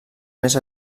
més